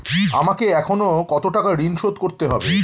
আমাকে এখনো কত টাকা ঋণ শোধ করতে হবে?